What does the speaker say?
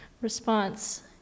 response